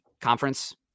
conference